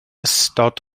ystod